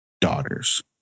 daughters